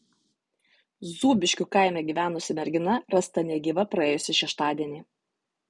zūbiškių kaime gyvenusi mergina rasta negyva praėjusį šeštadienį